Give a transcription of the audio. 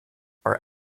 are